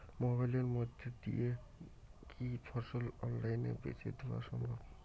মোবাইলের মইধ্যে দিয়া কি ফসল অনলাইনে বেঁচে দেওয়া সম্ভব?